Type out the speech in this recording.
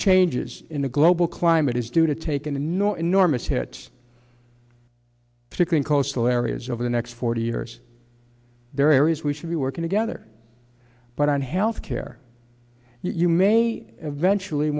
changes in the global climate is to take an enormous hit to clean coastal areas over the next forty years there are areas we should be working together but on health care you may eventually